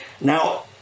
Now